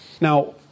Now